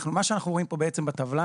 מה שאנחנו רואים פה בעצם בטבלה,